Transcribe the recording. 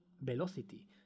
velocity